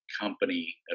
company